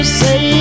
say